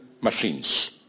machines